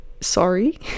sorry